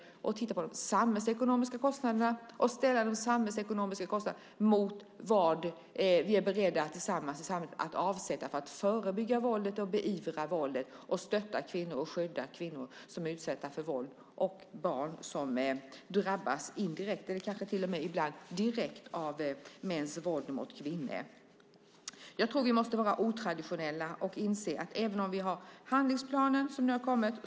Man måste titta på de samhällsekonomiska kostnaderna och ställa dem mot vad vi är beredda att tillsammans avsätta för att förebygga och beivra våldet, stötta och skydda kvinnor som är utsatta för våld och barn som drabbas indirekt eller kanske till och med ibland direkt av mäns våld mot kvinnor. Jag tror att vi måste vara otraditionella. Nu har handlingsplanen kommit.